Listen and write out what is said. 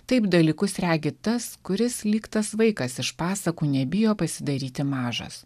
taip dalykus regi tas kuris lyg tas vaikas iš pasakų nebijo pasidaryti mažas